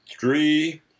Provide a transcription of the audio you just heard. three